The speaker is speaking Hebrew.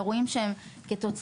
באירועים שהם כתוצאה,